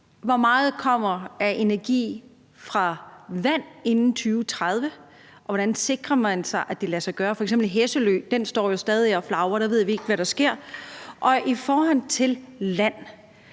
Hvor meget energi kommer fra vand inden 2030, og hvordan sikrer man sig, at det lader sig gøre? F.eks. står Hesselø stadig og flagrer, og der ved vi ikke, hvad der sker. I forhold til land